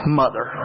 mother